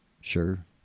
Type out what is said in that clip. Sure